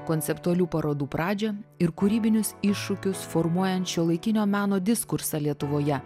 konceptualių parodų pradžią ir kūrybinius iššūkius formuojant šiuolaikinio meno diskursą lietuvoje